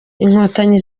inkotanyi